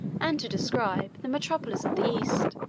and to describe, the metropolis of the east.